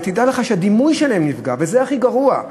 ותדע לך שהדימוי שלהם נפגע, וזה הכי גרוע,